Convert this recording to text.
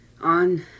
On